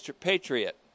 patriot